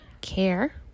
care